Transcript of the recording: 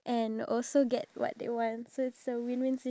wait I know I know you know